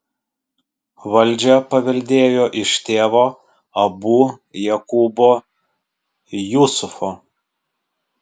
valdžią paveldėjo iš tėvo abu jakubo jusufo